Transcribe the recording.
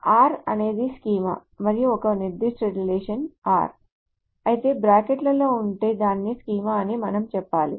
R అనేది schema మరియు ఒక నిర్దిష్ట రిలేషన్ r అయితే బ్రాకెట్లలో ఉంటే దాని స్కీమా అని మనం చెప్పాలి